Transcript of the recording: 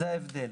זה ההבדל.